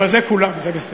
אבל זה כולם, זה בסדר.